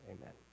Amen